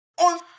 On